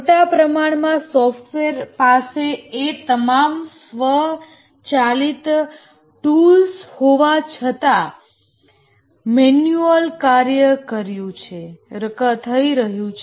મોટા પ્રમાણમાં સોફ્ટવેર પાસે એ તમામ સ્વચાલિત ટૂલ્સ હોવા છતાં મેન્યુઅલ કાર્ય રહ્યું છે